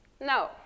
No